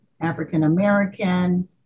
African-American